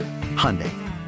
Hyundai